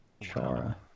Chara